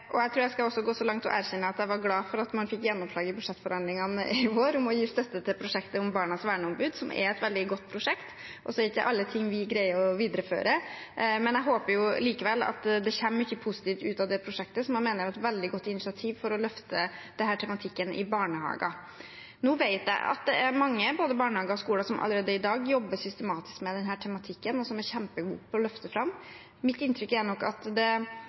Jeg tror jeg også skal gå så langt som til å erkjenne at jeg var glad for at man fikk gjennomslag i budsjettforhandlingene i vår for å gi støtte til prosjektet om barnas verneombud, som er et veldig godt prosjekt – og så er det ikke alt vi greier å videreføre. Jeg håper likevel at det kommer mye positivt ut av det prosjektet, som jeg mener er et veldig godt initiativ for å løfte denne tematikken i barnehager. Nå vet jeg at det er mange både barnehager og skoler som allerede i dag jobber systematisk med denne tematikken, og som er kjempegode på å løfte det fram. Mitt inntrykk er nok at det